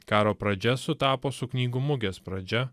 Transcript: karo pradžia sutapo su knygų mugės pradžia